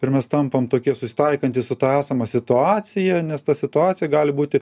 ir mes tampam tokie susitaikantys su ta esama situacija nes ta situacija gali būti